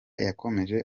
yakomeje